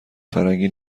فرنگی